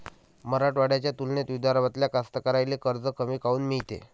मराठवाड्याच्या तुलनेत विदर्भातल्या कास्तकाराइले कर्ज कमी काऊन मिळते?